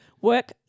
work